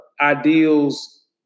ideals